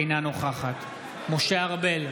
אינה נוכחת משה ארבל,